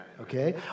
okay